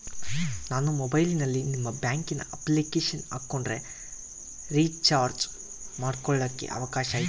ನಾನು ಮೊಬೈಲಿನಲ್ಲಿ ನಿಮ್ಮ ಬ್ಯಾಂಕಿನ ಅಪ್ಲಿಕೇಶನ್ ಹಾಕೊಂಡ್ರೆ ರೇಚಾರ್ಜ್ ಮಾಡ್ಕೊಳಿಕ್ಕೇ ಅವಕಾಶ ಐತಾ?